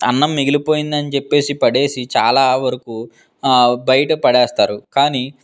అన్నం మిగిలిపోయిందని చెప్పీ పడేసి చాలా వరకు బయట పడేస్తారు కానీ